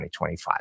2025